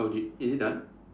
oh did is it done